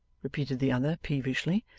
repeated the other peevishly.